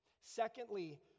Secondly